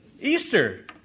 Easter